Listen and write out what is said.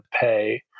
pay